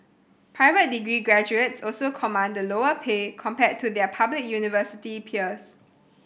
private degree graduates also command the lower pay compared to their public university peers